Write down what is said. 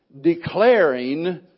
declaring